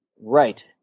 Right